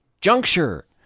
juncture